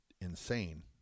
insane